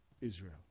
Israel